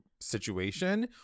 situation